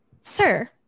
Sir